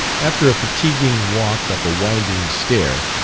after a fatiguing walk up a winding stair,